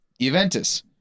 Juventus